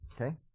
Okay